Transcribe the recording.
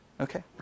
Okay